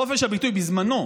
חופש הביטוי, בזמנו,